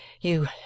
You—